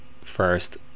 first